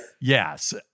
Yes